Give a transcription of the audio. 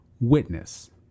witness